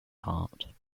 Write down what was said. heart